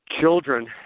children